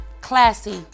Classy